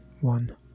one